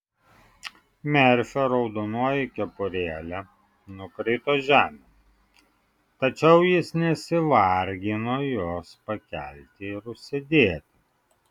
merfio raudonoji kepurėlė nukrito žemėn tačiau jis nesivargino jos pakelti ir užsidėti